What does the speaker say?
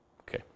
Okay